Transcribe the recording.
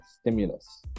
stimulus